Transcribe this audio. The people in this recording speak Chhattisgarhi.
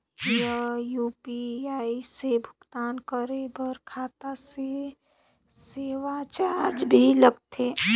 ये यू.पी.आई से भुगतान करे पर खाता से सेवा चार्ज भी लगथे?